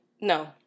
No